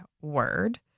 word